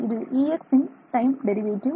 இது Ex இன் time derivative